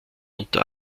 unter